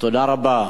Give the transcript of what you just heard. תודה רבה.